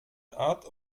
art